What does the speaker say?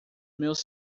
meus